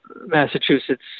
massachusetts